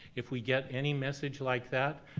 if we get any message like that,